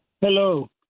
Hello